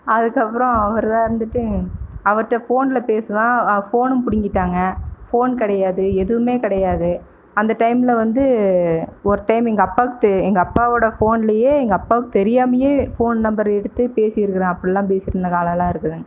அதுக்கப்புறம் அவர் தான் வந்துட்டு அவர்கிட்ட ஃபோனில் பேசுவேன் ஃபோனும் பிடுங்கிட்டாங்க ஃபோன் கிடையாது எதுவுமே கிடையாது அந்த டைமில் வந்து ஒரு டைம் எங்கள் அப்பாவுக்கு தெ எங்கள் அப்பாவோடய ஃபோன்லையே எங்கள் அப்பாவுக்கு தெரியாமையே ஃபோன் நம்பர் எடுத்து பேசி இருக்கிறேன் அப்படில்லாம் பேசியிருந்த காலமெலாம் இருக்குதுங்க